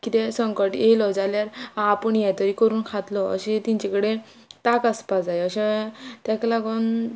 कितेंय संकट येयलो जाल्यार आपूण हे तरी करून खातलो अशें तेंचे कडेन तांक आसपा जाय अशें तेका लागोन